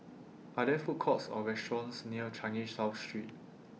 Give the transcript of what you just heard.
Are There Food Courts Or restaurants near Changi South Street